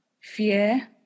Fear